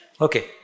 Okay